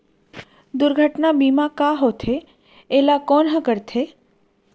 दुर्घटना बीमा का होथे, एला कोन ह करथे?